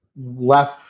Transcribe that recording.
left